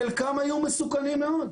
חלקם היו מסוכנים מאוד.